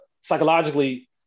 psychologically